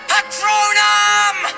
Patronum